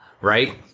right